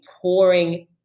pouring